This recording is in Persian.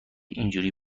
اینجوری